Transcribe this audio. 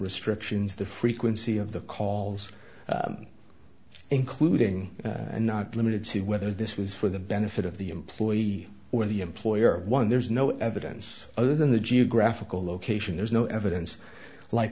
restrictions the frequency of the calls including and not limited to whether this was for the benefit of the employee or the employer one there's no evidence other than the geographical location there's no evidence like